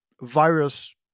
virus